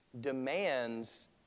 demands